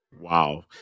wow